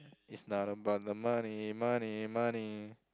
it's not about the money money money